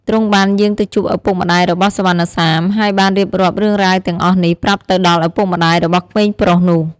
ទ្រង់បានយាងទៅជួបឪពុកម្ដាយរបស់សុវណ្ណសាម ហើយបានរៀបរាប់រឿងរ៉ាវទាំងអស់នេះប្រាប់ទៅដល់ឪពុកម្តាយរបស់ក្មេងប្រុសនោះ។